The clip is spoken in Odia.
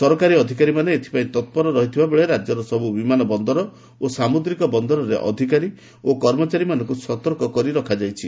ସରକାରୀ ଅଧିକାରୀମାନେ ଏଥିପାଇଁ ତତ୍ପର ରହିଥିବା ବେଳେ ରାଜ୍ୟର ସବୁ ବିମାନ ବନ୍ଦର ଓ ସାମୁଦ୍ରିକ ବନ୍ଦରରେ ଅଧିକାରୀ ଓ କର୍ମଚାରୀମାନଙ୍କୁ ସତର୍କ କରି ରଖାଯାଇଛି